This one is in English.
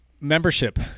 Membership